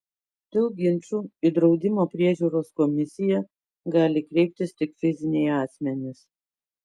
dėl ginčų į draudimo priežiūros komisiją gali kreiptis tik fiziniai asmenys